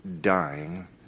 dying